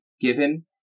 given